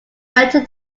better